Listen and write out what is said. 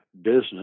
Business